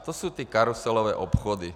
To jsou ty karuselové obchody.